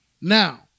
Now